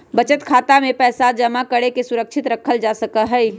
बचत खातवा में पैसवा जमा करके सुरक्षित रखल जा सका हई